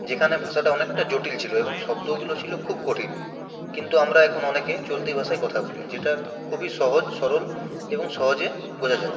যেখানে ভাষাটা অনেকটা জটিল ছিল এবং শব্দগুলো ছিল খুব কঠিন কিন্তু আমরা এখন অনেকে চলতি ভাষায় কথা বলি যেটা খুবই সহজ সরল এবং সহজে বোঝা যায়